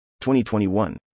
2021